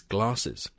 Glasses